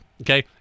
Okay